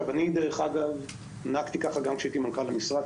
אני נהגתי כך גם כאשר הייתי מנכ"ל המשרד.